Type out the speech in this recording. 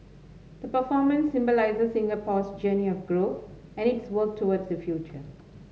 the performance symbolises Singapore's journey of growth and its work towards the future